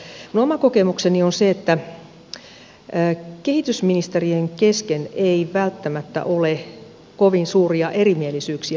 minun oma kokemukseni on se että kehitysministerien kesken ei välttämättä ole kovin suuria erimielisyyksiä